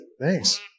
Thanks